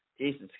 Jesus